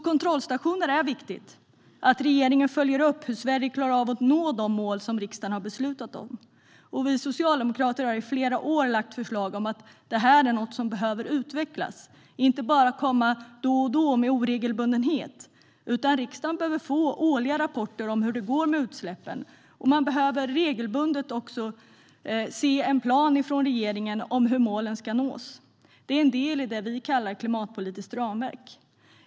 Kontrollstationer är viktiga, det vill säga att regeringen följer upp hur Sverige klarar av att nå de mål riksdagen beslutat om. Vi socialdemokrater har i flera år lagt fram förslag om att det är något som behöver utvecklas, inte bara komma då och då med oregelbundenhet. Riksdagen behöver få årliga rapporter om hur det går med utsläppen, och man behöver regelbundet se en plan från regeringen om hur målen ska nås. De är en del i det vi kallar klimatpolitiskt ramverk.